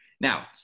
Now